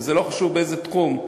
וזה לא חשוב באיזה תחום,